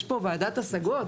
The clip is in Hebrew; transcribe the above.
יש פה ועדת השגות,